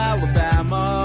Alabama